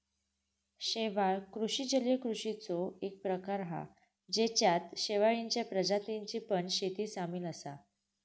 शेवाळ कृषि जलीय कृषिचो एक प्रकार हा जेच्यात शेवाळींच्या प्रजातींची पण शेती सामील असा